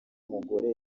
umugore